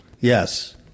Yes